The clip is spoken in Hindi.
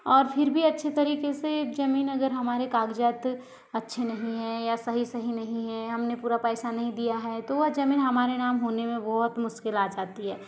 और फिर भी अच्छे तरीके से जमीन अगर हमारे कागजात अच्छे नहीं है या सही सही नहीं है हमने पूरा पैसा नहीं दिया है तो वह जमीन हमारे नाम होने में बहुत मुश्किल आ जाती है